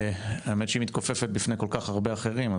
האמת שהיא מתכופפת בפני כל כך הרבה אחרים,